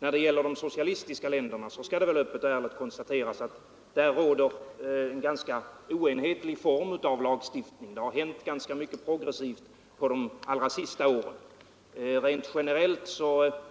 När det gäller de socialistiska länderna skall det väl öppet och ärligt konstateras att där råder en ganska oenhetlig form av lagstiftning. Men det har hänt ganska mycket progressivt under de allra senaste åren. Rent generellt